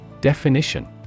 Definition